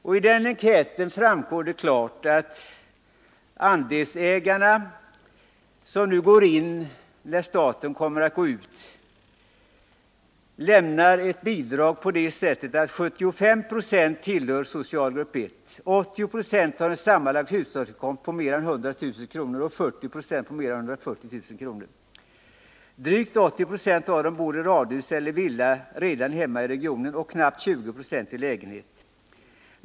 Av denna enkät framgår klart att andelsägarna, som nu går ini projektet när staten går ur, lämnar ett bidrag på det sättet att 75 90 tillhör socialgrupp 1. 80 Zo har en sammanlagd hushållsinkomst på mer än 100 000 kr. om året. 40 20 har en sammanlagd hushållsinkomst på mer än 140 000 kr. Drygt 80 96 av dem bor i radhus eller villa hemma i regionen och knappt 20 96 i lägenhet.